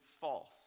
false